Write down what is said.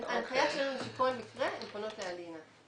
ההנחיה שלנו היא שבכל מקרה אנחנו פונות לאלינה.